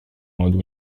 modo